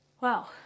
Wow